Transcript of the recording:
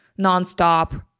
nonstop